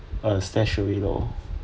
uh stash away lor